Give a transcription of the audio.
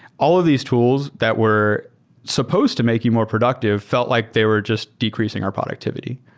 all of these tools that were supposed to make you more productive felt like they were just decreasing our productivity.